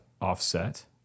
offset